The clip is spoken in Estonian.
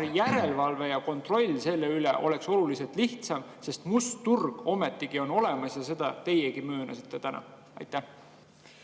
ning järelevalve ja kontroll nende üle oleks oluliselt lihtsam. Sest must turg ometigi on olemas ja seda teiegi möönsite. Aitäh!